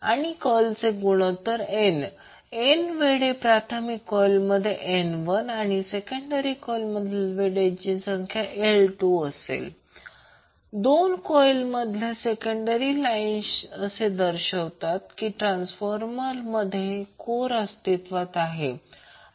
आणि कॉइलचे गुणोत्तर N1 N वेढे प्राथमिक कॉइलमध्ये N1 आणि सेकंडरी कॉइलमध्ये वेढेची संख्या N2 आणि दोन कॉइल मधल्या सेकंडरी लाईन्स असे दर्शवतात की ट्रान्सफॉर्मरमध्ये कोर अस्तित्वात आहे